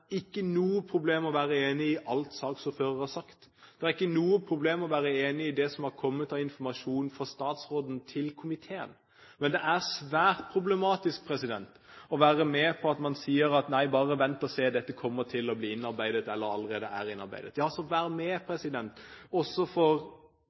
ikke noe problem å være enig i alt saksordføreren har sagt, det er ikke noe problem å være enig i det som har kommet av informasjon fra statsråden til komiteen, men det er svært problematisk å være med på at man sier at nei, bare vent og se, dette kommer til å bli innarbeidet, eller det allerede er innarbeidet. Så vær med